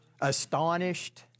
astonished